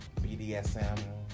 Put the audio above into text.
BDSM